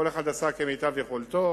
כל אחד עשה כמיטב יכולתו,